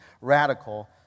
radical